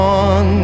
on